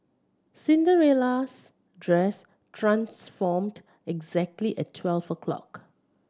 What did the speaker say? Cinderella's dress transformed exactly at twelve o' clock